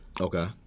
Okay